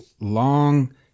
long